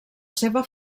seva